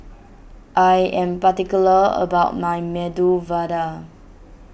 I am particular about my Medu Vada